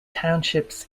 townships